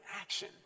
action